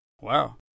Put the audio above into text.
Wow